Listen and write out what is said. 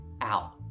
out